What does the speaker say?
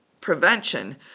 prevention